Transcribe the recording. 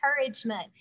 encouragement